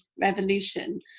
revolution